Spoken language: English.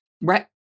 Right